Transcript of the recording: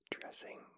dressing